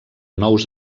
nous